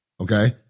okay